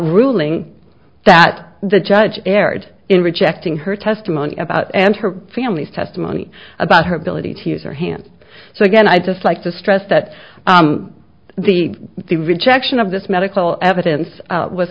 ruling that the judge erred in rejecting her testimony about and her family's testimony about her ability to use her hands so again i'd just like to stress that the the rejection of this medical evidence